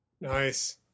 Nice